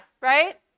right